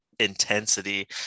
intensity